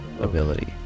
ability